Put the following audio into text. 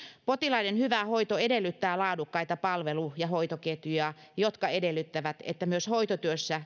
potilaiden hyvä hoito edellyttää laadukkaita palvelu ja hoitoketjuja jotka edellyttävät että myös hoitotyössä